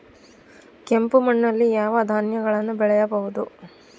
ಕೆಂಪು ಮಣ್ಣಲ್ಲಿ ಯಾವ ಧಾನ್ಯಗಳನ್ನು ಬೆಳೆಯಬಹುದು?